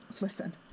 Listen